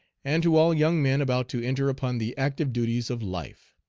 and to all young men about to enter upon the active duties of life,